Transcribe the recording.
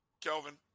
Kelvin